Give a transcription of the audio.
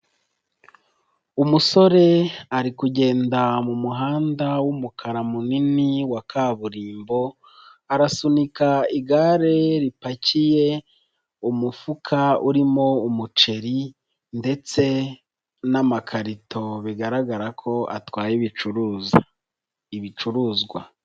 Umusore ari kugenda mu muhanda w'umukara munini wa kaburimbo arasunika igare ripakiye umufuka urimo umuceri ndetse n'amakarito bigaragara ko atwaye ibicuruza, ibicuruzwa.